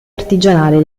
artigianale